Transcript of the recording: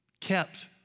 kept